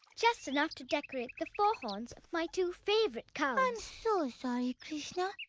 just enough to decorate the four horns of my two favorite cows. i'm so sorry, krishna,